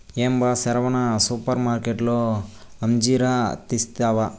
ఏం బా సెరవన సూపర్మార్కట్లో అంజీరా తెస్తివా